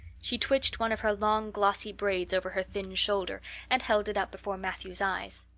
she twitched one of her long glossy braids over her thin shoulder and held it up before matthew's eyes.